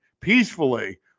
peacefully